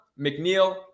McNeil